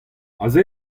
aze